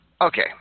Okay